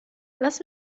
lass